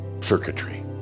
circuitry